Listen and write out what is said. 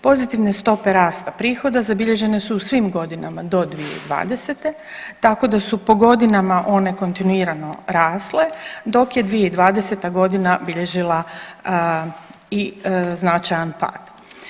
Pozitivne stope rasta prihoda zabilježene su u svim godinama do 2020., tako da su po godinama one kontinuirano rasle, dok je 2020.g. bilježila i značajan pad.